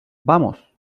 vamos